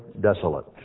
desolate